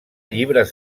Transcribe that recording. llibres